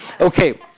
Okay